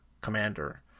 commander